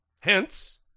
Hence